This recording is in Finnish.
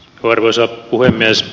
arvoisa puhemies